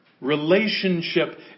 Relationship